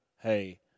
hey